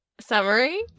summary